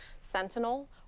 Sentinel